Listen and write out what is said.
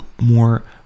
more